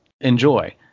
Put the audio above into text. enjoy